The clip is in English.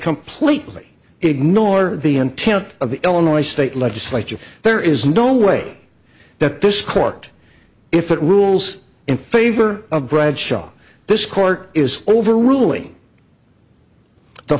completely ignore the intent of the illinois state legislature there is no way that this court if it rules in favor of bradshaw this court is overruling the